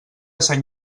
sant